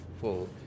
full